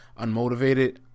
unmotivated